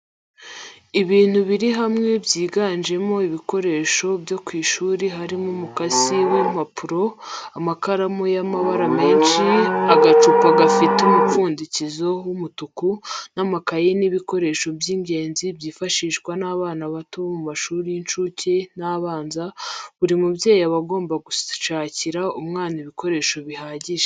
Ibintu biri hamwe byiganjemo ibikoreso byo mw'ishuri harimo umukasi w'impapuro, amakaramu y'amabara menshi, agacupa gafite umupfundikizo w'umutuku,n' amakayi ni ibikoresho by'ingenzi byifashishwa n'abana bato bo mu mashuri y'incuke n'abanza, buri mubyeyi aba agomba gusakira umwana ibikoresho bihagije.